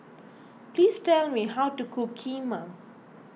please tell me how to cook Kheema